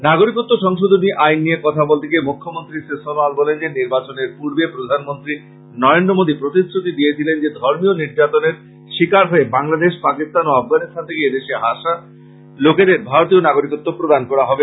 নাগরিকত্ব সংশোধনী আইন নিয়ে কথা বলতে গিয়ে মৃখ্যমন্ত্রী শ্রী সনোয়াল বলেন যে নির্বাচনের পূর্বে প্রধানমন্ত্রী নরেন্দ্র মোদী প্রতিশ্রুতি দিয়েছিলেন যে ধর্মীয় নির্যাতনের শিকার হয়ে বাংলাদেশপাকিস্থান ও আফগানিস্থান থেকে এদেশে আসা লোকেদের ভারতীয় নাগরিকত্ব প্রদান করা হবে